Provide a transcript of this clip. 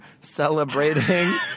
celebrating